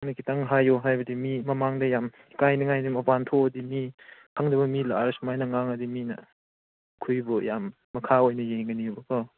ꯅꯪꯅ ꯈꯤꯇꯪ ꯍꯥꯏꯌꯨ ꯍꯥꯏꯕꯗꯤ ꯃꯤ ꯃꯃꯥꯡꯗ ꯌꯥꯝ ꯀꯥꯏꯅꯤꯡꯉꯥꯏꯅꯤ ꯃꯄꯥꯟ ꯊꯣꯛꯂꯗꯤ ꯃꯤ ꯈꯪꯗꯕ ꯃꯤ ꯂꯥꯛꯂꯒ ꯁꯨꯃꯥꯏꯅ ꯉꯥꯡꯂꯗꯤ ꯃꯤꯅ ꯑꯩꯈꯣꯏꯕꯨ ꯌꯥꯝ ꯃꯈꯥ ꯑꯣꯏꯅ ꯌꯦꯡꯒꯅꯦꯕꯀꯣ